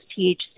THC